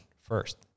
first